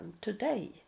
today